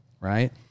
right